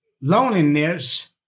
loneliness